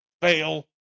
Fail